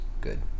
good